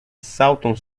saltam